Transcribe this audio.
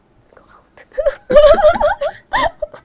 go out